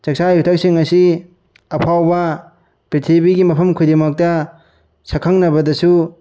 ꯆꯥꯛꯆꯥ ꯌꯨꯊꯛꯁꯤꯡ ꯑꯁꯤ ꯑꯐꯥꯎꯕ ꯄ꯭ꯔꯤꯊꯤꯕꯤꯒꯤ ꯃꯐꯝ ꯈꯨꯗꯤꯡꯃꯛꯇ ꯁꯛꯈꯪꯅꯕꯗꯁꯨ